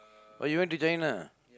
oh you went to China